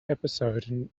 episode